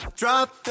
drop